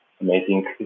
amazing